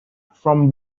from